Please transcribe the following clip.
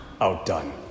outdone